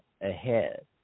ahead